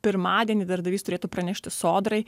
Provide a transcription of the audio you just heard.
pirmadienį darbdavys turėtų pranešti sodrai